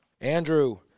andrew